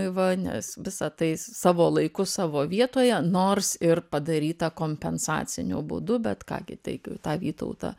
va nes visa tai savo laiku savo vietoje nors ir padaryta kompensaciniu būdu bet ką gi taigi tą vytautą